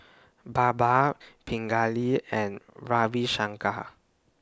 Baba Pingali and Ravi Shankar